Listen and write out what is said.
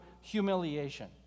humiliation